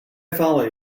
follow